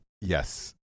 Yes